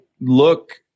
look